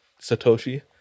Satoshi